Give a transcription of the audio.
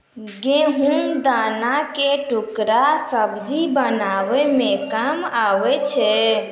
गहुँम दाना के टुकड़ा सुज्जी बनाबै मे काम आबै छै